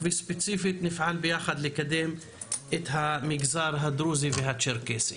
וספציפית נפעל יחד לקדם את המגזר הדרוזי והצ'רקסי.